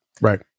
right